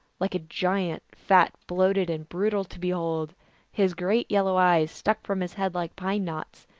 like a giant, fat, bloated, and brutal to behold. his great yellow eyes stuck from his head like pine-knots,